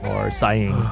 or sighing,